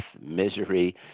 misery